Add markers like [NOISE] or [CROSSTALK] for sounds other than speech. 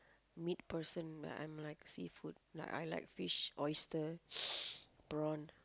meat person but I'm like seafood like I like fish oyster [NOISE] prawn